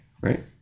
right